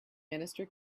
minister